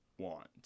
want